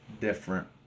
different